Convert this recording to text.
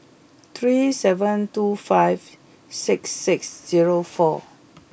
three seven two five six six zero four